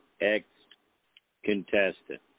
ex-contestant